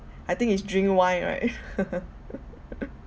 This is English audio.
I think it's drink wine right